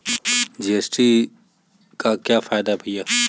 GST का क्या फायदा है भैया?